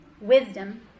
wisdom